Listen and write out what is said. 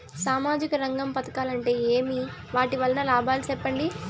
సామాజిక రంగం పథకాలు అంటే ఏమి? వాటి వలన లాభాలు సెప్పండి?